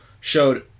showed